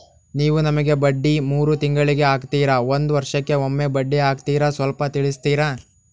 ನೀವು ನಮಗೆ ಬಡ್ಡಿ ಮೂರು ತಿಂಗಳಿಗೆ ಹಾಕ್ತಿರಾ, ಒಂದ್ ವರ್ಷಕ್ಕೆ ಒಮ್ಮೆ ಬಡ್ಡಿ ಹಾಕ್ತಿರಾ ಸ್ವಲ್ಪ ತಿಳಿಸ್ತೀರ?